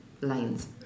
lines